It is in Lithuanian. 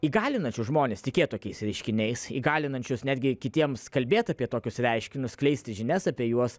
įgalinančius žmones tikėt tokiais reiškiniais įgalinančius netgi kitiems kalbėt apie tokius reiškinius skleisti žinias apie juos